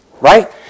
Right